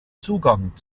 zugang